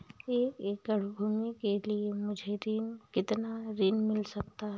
एक एकड़ भूमि के लिए मुझे कितना ऋण मिल सकता है?